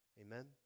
Amen